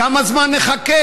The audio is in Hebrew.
כמה זמן נחכה?